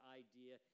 idea